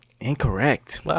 Incorrect